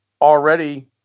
already